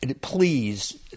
please